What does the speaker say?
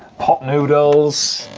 pot noodles,